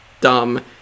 dumb